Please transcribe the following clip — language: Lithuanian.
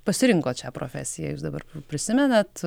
pasirinkot šią profesiją jūs dabar prisimenat